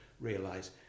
realise